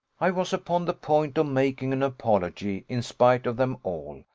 i was upon the point of making an apology, in spite of them all,